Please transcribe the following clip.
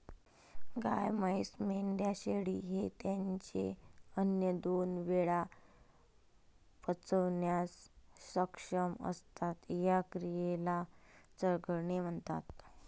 गाय, म्हैस, मेंढ्या, शेळी हे त्यांचे अन्न दोन वेळा पचवण्यास सक्षम असतात, या क्रियेला चघळणे म्हणतात